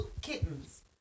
kittens